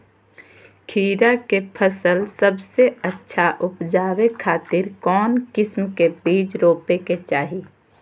खीरा के फसल सबसे अच्छा उबजावे खातिर कौन किस्म के बीज रोपे के चाही?